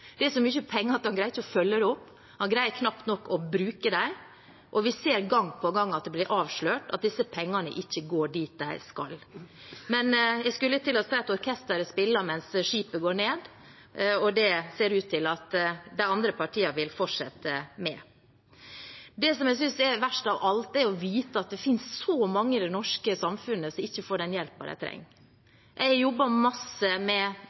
Det er så mye penger at man greier ikke å følge det opp, man greier knapt nok å bruke dem, og vi ser gang på gang at det blir avslørt at disse pengene ikke går dit de skal. Jeg skulle til å si at orkesteret spiller mens skipet går ned, og det ser det ut til at de andre partiene vil fortsette med. Det jeg synes er verst av alt, er å vite at det finnes så mange i det norske samfunnet som ikke får den hjelpen de trenger. Jeg har jobbet masse med